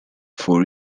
four